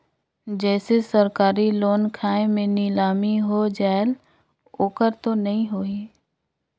जैसे सरकारी लोन खाय मे नीलामी हो जायेल ओकर तो नइ होही?